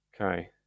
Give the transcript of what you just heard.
Okay